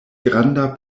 granda